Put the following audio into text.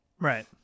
Right